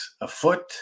afoot